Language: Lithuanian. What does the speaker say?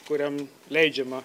kuriam leidžiama